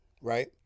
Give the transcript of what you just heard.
right